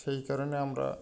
সেই কারণে আমরা